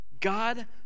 God